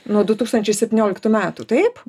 nuo du tūkstančiai septynioliktų metų taip